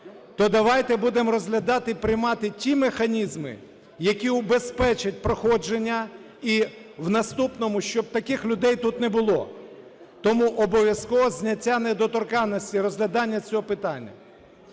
То давайте будемо роздавати і приймати ті механізми, які убезпечать проходження і в наступному, щоб таких людей тут не було. Тому обов’язково зняття недоторканності, розглядання цього питання.